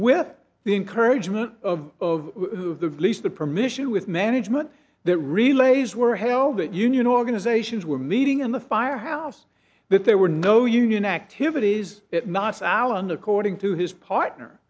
with the encouragement of the police the permission with management that relays were held at union organizations were meeting in the firehouse but there were no union activities not alan according to his partner